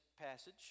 passage